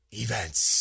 events